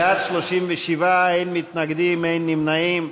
בעד, 37, אין מתנגדים, אין נמנעים.